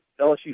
LSU